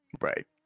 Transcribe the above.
Right